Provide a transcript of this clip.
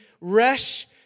Resh